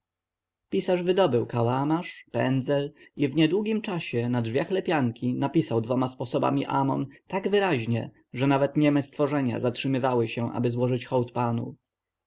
pisarz wydobył kałamarz pendzel i w niedługim czasie na drzwiach lepianki napisał dwoma sposobami amon tak wyraźnie że nawet nieme stworzenia zatrzymywały się aby złożyć hołd panu